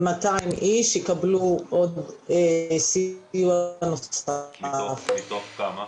200 איש יקבלו עוד סיוע נוסף --- מתוך כמה?